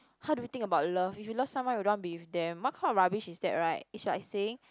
how do you think about love if you love someone you don't want to be with them what kind of rubbish is that right it's like saying